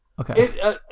Okay